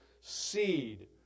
seed